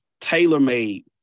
tailor-made